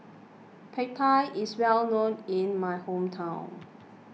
Pad Thai is well known in my hometown